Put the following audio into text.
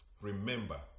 Remember